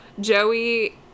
Joey